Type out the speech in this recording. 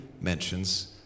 mentions